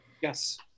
Yes